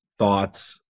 thoughts